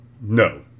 No